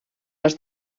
les